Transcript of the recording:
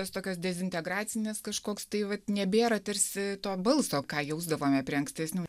jos tokios dezintegracinės kažkoks tai vat nebėra tarsi to balso ką jausdavome prie ankstesnių